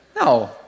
No